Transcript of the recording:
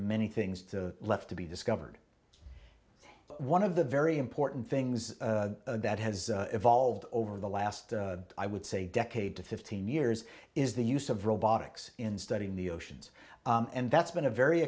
many things to left to be discovered one of the very important things that has evolved over the last i would say decade to fifteen years is the use of robotics in studying the oceans and that's been a very